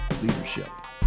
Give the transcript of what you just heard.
Leadership